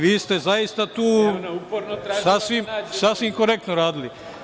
Vi ste zaista tu sasvim korektno radili.